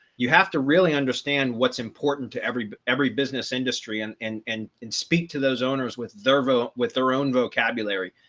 you have to really understand what's important to every every business industry and and and and speak to those owners with their va with their own vocabulary.